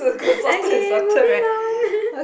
okay moving on